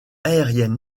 aérienne